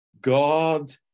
God